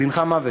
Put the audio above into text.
דינך מוות.